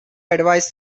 advise